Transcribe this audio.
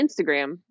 instagram